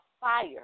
fire